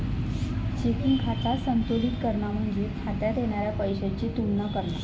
checking खाता संतुलित करणा म्हणजे खात्यात येणारा पैशाची तुलना करणा